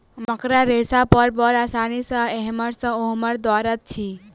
मकड़ा रेशा पर बड़ आसानी सॅ एमहर सॅ ओमहर दौड़ैत अछि